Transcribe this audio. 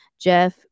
Jeff